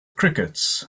crickets